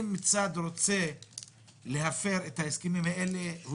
אם צד ירצה להפר את ההסכמים האלה הוא